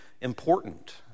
important